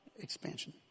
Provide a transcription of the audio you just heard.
Expansion